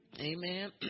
amen